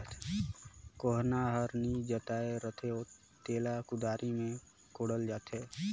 कोनहा हर नी जोताए रहें तेला कुदारी मे कोड़ल जाथे